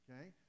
Okay